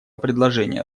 предложения